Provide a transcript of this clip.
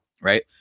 right